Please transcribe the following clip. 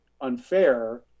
unfair